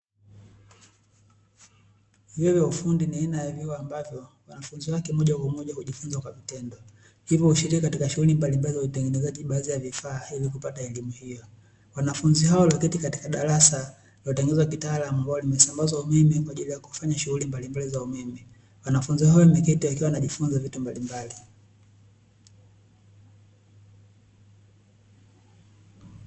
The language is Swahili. Vyuo vya ufundi ni aina ya vyuo ambavyo wanafunzi wake moja kwa moja hujifunza kwa vitendo, hivyo hushiriki katika shughuli mbalimbali za utengenezaji baadhi ya vifaa ili kupata elimu hiyo. Wanafunzi hao walio keti katika darasa lililotengenezwa kitaalamu ambao limesambazwa umeme kwa ajili ya kufanya shughuli mbalimbali za umeme, wanafunzi hao nimeketi akiwa anajifunza vitu mbalimbali.